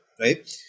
right